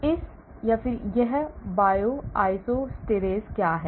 इस यह Bioisosteres क्या है